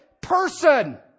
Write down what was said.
person